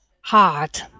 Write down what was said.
hard